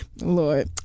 Lord